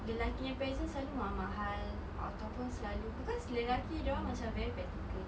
lelakinya present selalu mahal-mahal ataupun selalu because lelaki dorang macam very practical